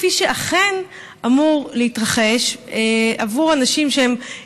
כפי שאכן אמור להתרחש עבור אנשים שהם